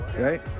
right